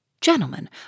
Gentlemen